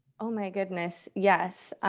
oh my goodness. yes.